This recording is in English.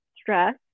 stress